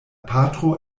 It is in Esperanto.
patro